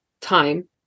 time